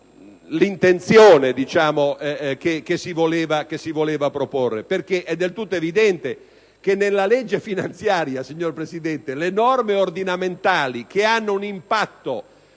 l'intenzione che si voleva proporre, perché è del tutto evidente che nella legge finanziaria, signor Presidente, le norme ordinamentali che hanno un impatto